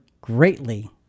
greatly